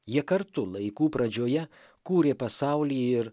jie kartu laikų pradžioje kūrė pasaulį ir